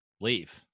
leave